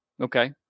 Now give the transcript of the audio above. Okay